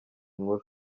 nkuru